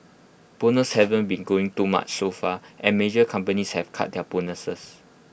bonuses haven't been growing too much so far and major companies have cut their bonuses